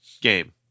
Game